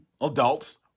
adults